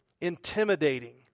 intimidating